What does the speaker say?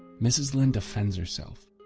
mrs linde defends herself.